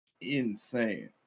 insane